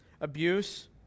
abuse